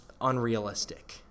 unrealistic